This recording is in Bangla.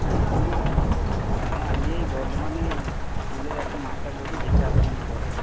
হ্যাঁ আমি হ্যাঁ আমি এই বর্ধমানে স্কুলের একটা মাস্টার বলছি যেটাতে আপনার মেয়ে পড়ে